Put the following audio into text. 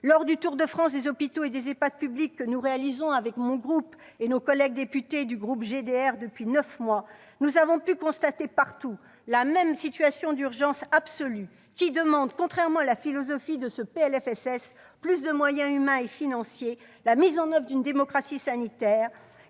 Lors du tour de France des hôpitaux et des EHPAD publics que nous réalisons avec mon groupe et nos collègues députés du groupe GDR depuis neuf mois, nous avons pu constater partout la même situation d'urgence absolue, qui demande, contrairement à la philosophie de ce PLFSS, plus de moyens humains et financiers, la mise en oeuvre d'une démocratie sanitaire.